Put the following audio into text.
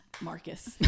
Marcus